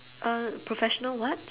uh professional what